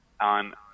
on